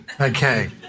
Okay